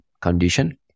condition